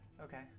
Okay